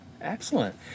Excellent